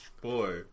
boy